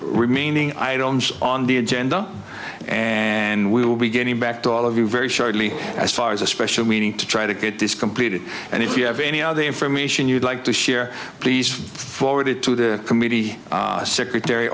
remaining items on the agenda and we will be getting back to all of you very shortly as far as a special meeting to try to get this completed and if you have any other information you'd like to share please forward it to the committee secretary